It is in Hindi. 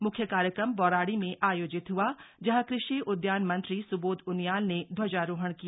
म्ख्य कार्यक्रम बौराड़ी में आयोजित हआ जहां कृषि उद्यान मंत्री स्बोध उनियाल ने ध्वजारोहण किया